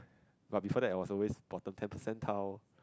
but before that I was always bottom ten percentile